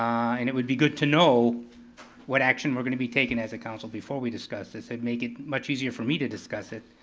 i mean it would be good to know what action we're gonna be taking as a council before we discuss this, it'd make it much easier for me to discuss it,